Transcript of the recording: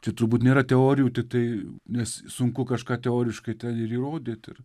čia turbūt nėra teorijų tiktai nes sunku kažką teoriškai ten ir įrodyt ir